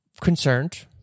concerned